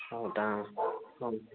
ಹೌದಾ ಹ್ಞು